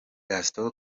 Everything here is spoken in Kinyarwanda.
gaston